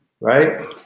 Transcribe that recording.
right